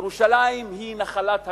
ירושלים היא נחלת הכלל.